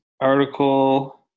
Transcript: article